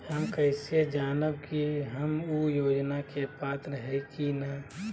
हम कैसे जानब की हम ऊ योजना के पात्र हई की न?